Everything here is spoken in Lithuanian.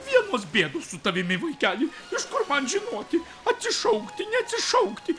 vienos bėdos su tavimi vaikeli iš kur man žinoti atsišaukti neatsišaukti